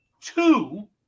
two